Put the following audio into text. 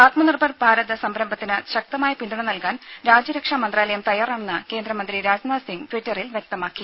ആത്മ നിർഭർ ഭാരത് സംരംഭത്തിന് ശക്തമായ പിന്തുണ നൽകാൻ രാജ്യരക്ഷാ മന്ത്രാലയം തയ്യാറാണെന്ന് കേന്ദ്രമന്ത്രി രാജ്നാഥ് സിംഗ് ട്വിറ്ററിൽ വ്യക്തമാക്കി